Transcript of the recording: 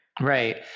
Right